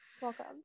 Welcome